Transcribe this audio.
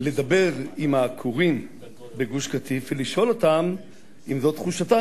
לדבר עם העקורים מגוש-קטיף ולשאול אותם אם זאת תחושתם,